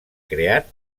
creat